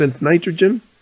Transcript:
nitrogen